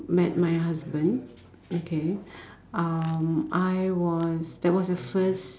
met my husband okay um I was that was the first